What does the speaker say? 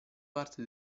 parte